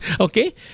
okay